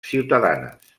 ciutadanes